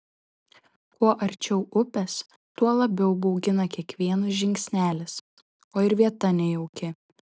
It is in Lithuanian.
kuo arčiau upės tuo labiau baugina kiekvienas žingsnelis o ir vieta nejauki